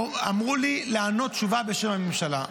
אמרו לי לענות תשובה בשם הממשלה.